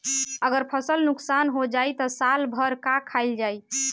अगर फसल नुकसान हो जाई त साल भर का खाईल जाई